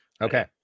okay